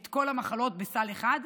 את כל המחלות בסל אחד,